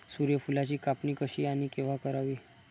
सूर्यफुलाची कापणी कशी आणि केव्हा करावी?